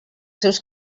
seus